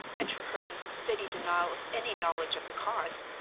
and treherne's steady denial of any knowledge of the cause.